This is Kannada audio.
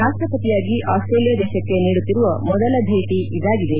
ರಾಷ್ಟಪತಿಯಾಗಿ ಆಸ್ಟೇಲಿಯಾ ದೇಶಕ್ಕೆ ನೀಡುತ್ತಿರುವ ಮೊದಲ ಭೇಟಿ ಇದಾಗಿದೆ